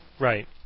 Right